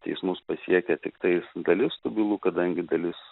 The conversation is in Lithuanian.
teismus pasiekia tiktais dalis tų bylų kadangi dalis